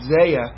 Isaiah